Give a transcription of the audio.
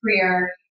career